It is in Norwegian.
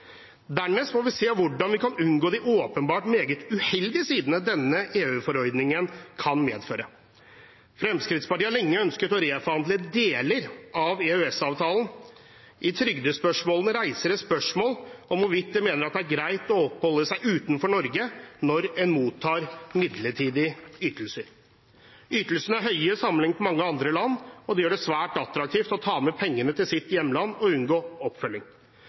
Dernest må vi se på hvordan vi kan unngå de åpenbart meget uheldige sidene ved denne EU-forordningen. Fremskrittspartiet har lenge ønsket å reforhandle deler av EØS-avtalen. I trygdespørsmålet reises det spørsmål om hvorvidt man mener det er greit å oppholde seg utenfor Norge når man mottar midlertidige ytelser. Ytelsene er nøye sammenlignet med mange andre land, og det gjør det svært attraktivt å ta med pengene til sitt hjemland og unngå oppfølging.